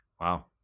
Wow